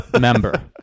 member